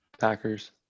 Packers